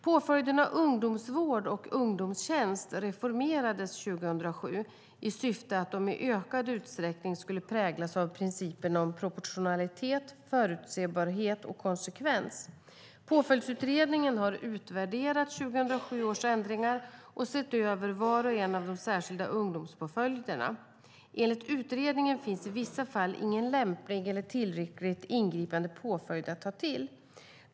Påföljderna ungdomsvård och ungdomstjänst reformerades 2007 i syfte att de i ökad utsträckning skulle präglas av principerna om proportionalitet, förutsebarhet och konsekvens. Påföljdsutredningen har utvärderat 2007 års ändringar och sett över var och en av de särskilda ungdomspåföljderna. Enligt utredningen finns i vissa fall ingen lämplig eller tillräckligt ingripande påföljd att ta till.